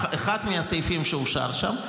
אחד מהסעיפים שאושר שם,